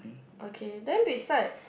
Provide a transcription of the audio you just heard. okay then beside